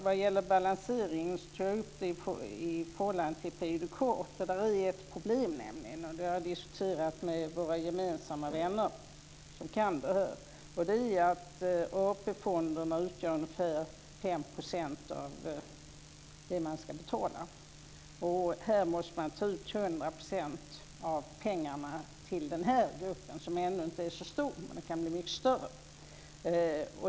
Vad gäller balanseringen i förhållande till prejudikat finns det ett problem, och det har vi diskuterat med våra gemensamma vänner som kan det här. Det är att AP-fonderna utgör ungefär 5 % av det man ska betala. Här måste man ta ut 100 % av pengarna till den här gruppen, som ännu inte är så stor men kan bli mycket större.